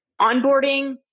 onboarding